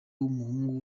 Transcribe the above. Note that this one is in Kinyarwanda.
w’umuhungu